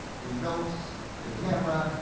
your notes, your camera,